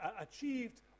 achieved